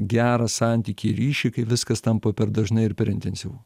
gerą santykį ryšį kai viskas tampa per dažnai ir per intensyvu